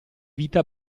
vita